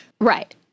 Right